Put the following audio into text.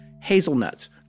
Hazelnuts